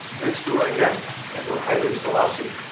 next door i get is emperor haile selassie.